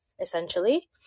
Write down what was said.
essentially